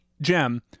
Jem